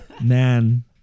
Man